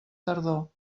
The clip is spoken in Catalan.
tardor